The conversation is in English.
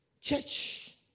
church